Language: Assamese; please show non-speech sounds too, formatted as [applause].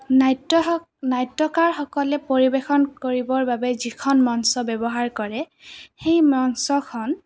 নাট্য [unintelligible] নাট্যকাৰসকলে পৰিৱেশন কৰিবৰ বাবে যিখন মঞ্চ ব্যৱহাৰ কৰে সেই মঞ্চখন